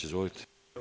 Izvolite.